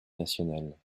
nationale